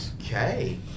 Okay